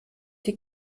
die